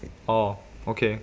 orh okay